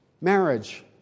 marriage